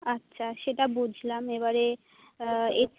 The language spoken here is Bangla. আচ্ছা সেটা বুঝলাম এবারে